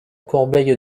corbeille